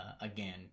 again